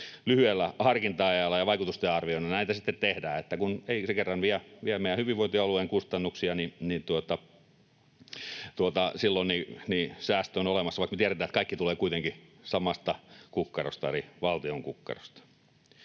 lyhyellä harkinta-ajalla ja vaikutusten arvioinneilla näitä sitten tehdään. Eli kun ei se kerran vie meidän hyvinvointialueen kustannuksia, niin silloin säästö on olemassa, vaikka me tiedetään, että kaikki tulee kuitenkin samasta kukkarosta, eli valtion kukkarosta.